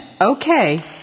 Okay